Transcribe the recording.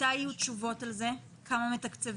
מתי יהיו תשובות על זה, כמה מתקצבים?